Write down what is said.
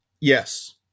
Yes